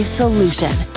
solution